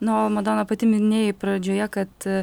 na o madona pati minėjai pradžioje kad